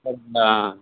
ஆ